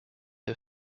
for